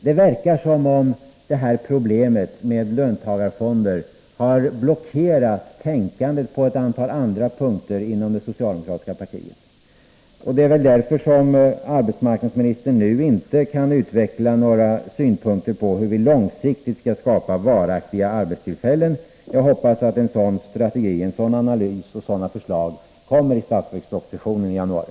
Det verkar som om problemet med löntagarfonder har blockerat tänkandet på ett antal andra punkter inom det socialdemokratiska partiet. Det är väl därför som arbetsmarknadsministern nu inte kan utveckla några synpunkter på hur vi långsiktigt skall skapa varaktiga arbetstillfällen. Jag hoppas att en sådan strategi, en sådan analys och sådana förslag skall redovisas i budgetpropositionen i januari.